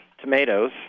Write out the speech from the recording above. tomatoes